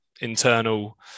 internal